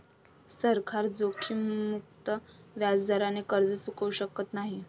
सरकार जोखीममुक्त व्याजदराने कर्ज चुकवू शकत नाही